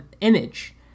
image